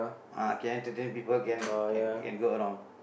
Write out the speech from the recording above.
ah can entertain people can can can go around